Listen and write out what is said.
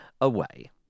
away